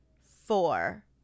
four